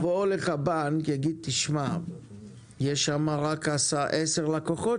יבוא אליך בנק ויגיד: יש לי שם רק עשרה לקוחות.